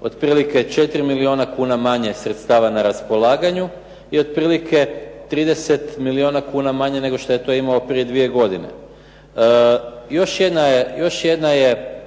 otprilike 4 milijuna kuna manje sredstava na raspolaganju i otprilike 30 milijuna kuna manje nego što je to imao prije dvije godine. Još jedna je